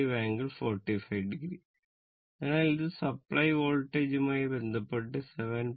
അതിനാൽ ഇത് സപ്ലൈ വോൾട്ടേജുമായി ബന്ധപ്പെട്ട് 7